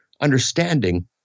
understanding